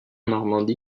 normandie